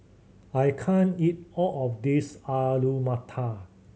I can't eat all of this Alu Matar